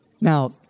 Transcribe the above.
Now